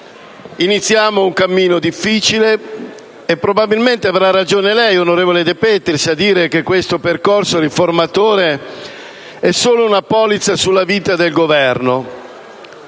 iniziamo un cammino difficile e probabilmente avrà ragione lei, senatrice De Petris, a dire che questo percorso riformatore è solo una polizza sulla vita del Governo.